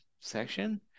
section